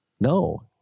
no